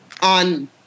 on